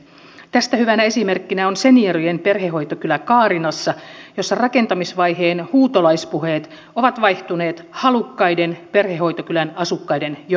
tästä hyvänä esimerkkinä on seniorien perhehoitokylä kaarinassa jossa rakentamisvaiheen huutolaispuheet ovat vaihtuneet halukkaiden perhehoitokylän asukkaiden jonoksi